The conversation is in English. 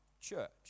church